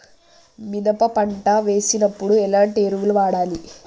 మినప పంట వేసినప్పుడు ఎలాంటి ఎరువులు వాడాలి?